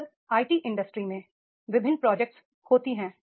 अक्सर आईटी उद्योग में विभिन्न प्रोजेक्ट्स होती हैं